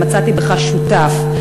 ומצאתי בך שותף,